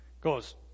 goes